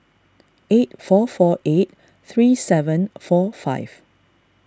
eight four four eight three seven four five